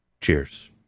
Cheers